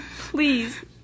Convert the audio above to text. Please